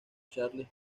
charles